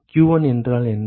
q1 என்றால் என்ன